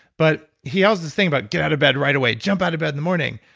but he yells this thing about, get out of bed right away. jump out of bed in the morning.